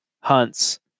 hunts